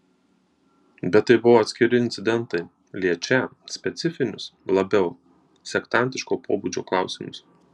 bet tai buvo atskiri incidentai liečią specifinius labiau sektantiško pobūdžio klausimus